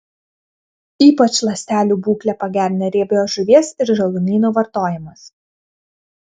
ypač ląstelių būklę pagerina riebios žuvies ir žalumynų vartojimas